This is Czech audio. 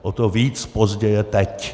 O to víc pozdě je teď.